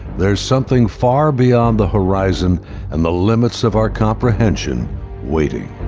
there's something far beyond the horizon and the limits of our comprehension waiting,